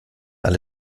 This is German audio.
alle